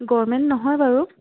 government নহয় বাৰু